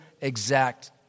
exact